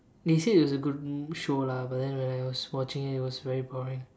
they said it was a good show lah but then when I was watching it was very boring